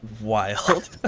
wild